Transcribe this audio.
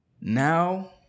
Now